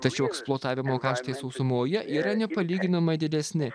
tačiau eksploatavimo kaštai sausumoje yra nepalyginamai didesni